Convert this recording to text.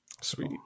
Sweet